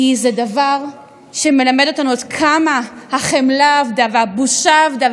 כי זה דבר שמלמד אותנו עד כמה החמלה אבדה והבושה אבדה.